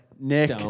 Nick